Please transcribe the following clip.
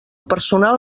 personal